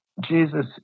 Jesus